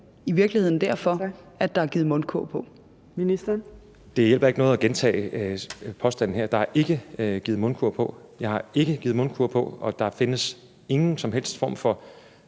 15:38 Sundheds- og ældreministeren (Magnus Heunicke): Det hjælper ikke noget at gentage påstanden her. Der er ikke givet mundkurv på. Jeg har ikke givet mundkurv på, og der findes ingen som helst skygge